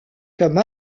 comme